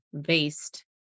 based